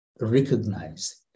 recognize